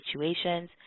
situations